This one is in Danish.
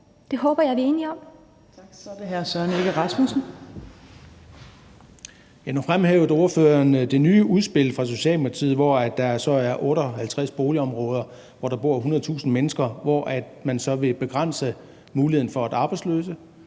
Søren Egge Rasmussen (EL): Nu fremhævede ordføreren det nye udspil fra Socialdemokratiet, hvor der så er 58 boligområder, hvor der bor 100.000 mennesker, og hvor man så vil begrænse muligheden for, at arbejdsløse